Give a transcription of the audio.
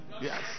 Yes